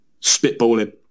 spitballing